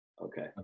Okay